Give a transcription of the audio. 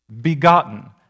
Begotten